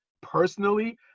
Personally